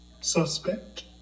Suspect